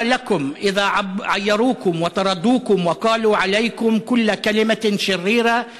אשריכם כי יחרפו ורדפו אתכם ודיברו עליכם בשקר כל רע בעבורי,